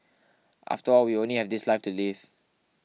after all we only have this life to live